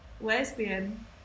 Lesbian